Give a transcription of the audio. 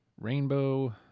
Rainbow